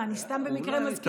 מה, אני סתם במקרה מזכירה אותו?